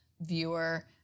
viewer